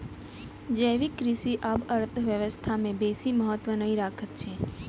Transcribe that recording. जैविक कृषि आब अर्थव्यवस्था में बेसी महत्त्व नै रखैत अछि